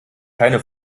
keine